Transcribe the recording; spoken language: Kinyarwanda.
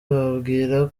bababwira